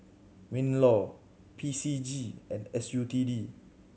MinLaw P C G and S U T D